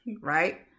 right